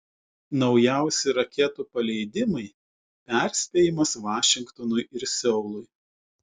naujausi raketų paleidimai perspėjimas vašingtonui ir seului